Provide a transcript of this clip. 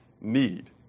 need